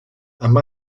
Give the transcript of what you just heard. amb